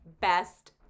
best